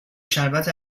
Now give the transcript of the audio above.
شربت